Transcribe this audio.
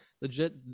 legit